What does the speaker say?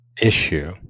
issue